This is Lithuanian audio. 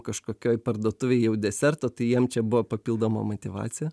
kažkokioj parduotuvėj jau deserto tai jiem čia buvo papildoma motyvacija